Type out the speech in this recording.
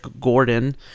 Gordon